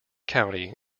county